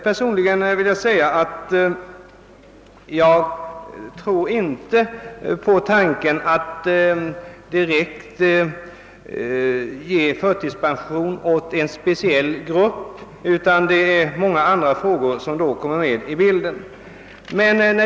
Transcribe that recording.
Personligen vill jag säga att jag inte tror på tanken att direkt ge förtidspension till någon speciell grupp — det är även många andra frågor som här kommer med i bilden.